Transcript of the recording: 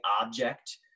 object